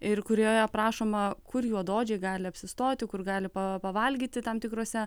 ir kurioje aprašoma kur juodaodžiai gali apsistoti kur gali pa pavalgyti tam tikrose